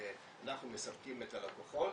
אנחנו מספקים את הלקוחות,